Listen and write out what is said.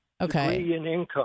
Okay